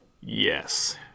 Yes